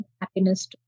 happiness